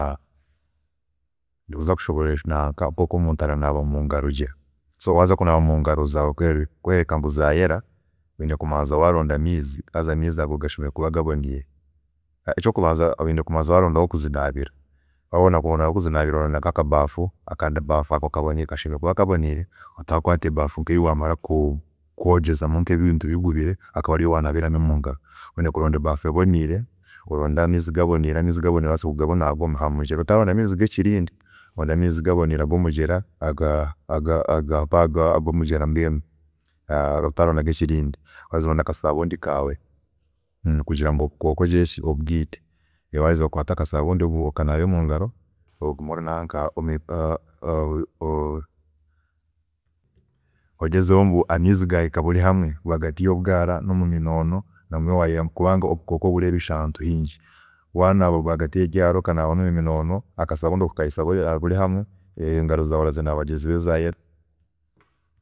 Ndi kuza kushoboorora gye oku omuntu arabaasa kunaaba mungaro gye, so waza kinaaba mungaro zaawe okareeba ngu zayera, ekyokubanza kya byoona oyine kubanza waronda amaizi haza amaizi ago gashemeriire kuba gaboniire, ekyokubanza oyine kubanza waronda ahokuzinaabira, waronda ahokuzinaabira oshemeriire kubona nka akabaafu, akabaafu ako kashemeriire kuba kaboniire, otakwaata ebaafu nkeyi waheza kwogyezamu ebintu bigubire okaba niyo wanaabiramu omungaro, oyine kuronda ebaafu eboniire, oronde amaizi gaboniire agomugyera aga- agampaha agomugyera mbwenu otabona agekirindi, waheza oronde akasabuuni kaawe kugira ngu obukooko obwiite, reero waheza okwate akasabuuni okanaabe mungaro, ogume naka ogyezeho kureeba ahagati yebyaara hamwe nahagati yebinoono hakuba obukooko burebisha ahantu hingi, okahisamu nakasabuuni kureeba kureeba ngu engaro zawe wazinaabagye zayera.